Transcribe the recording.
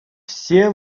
все